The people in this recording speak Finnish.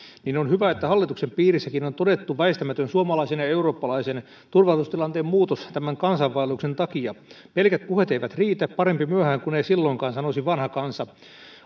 niin on hyvä että hallituksenkin piirissä on todettu väistämätön suomalaisen ja eurooppalaisen turvallisuustilanteen muutos tämän kansainvaelluksen takia pelkät puheet eivät riitä parempi myöhään kuin ei silloinkaan sanoisi vanha kansa